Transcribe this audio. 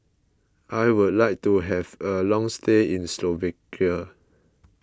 I would like to have a long stay in Slovakia